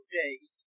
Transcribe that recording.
days